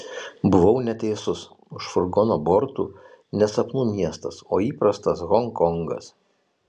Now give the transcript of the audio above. buvau neteisus už furgono bortų ne sapnų miestas o įprastas honkongas